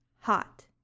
Hot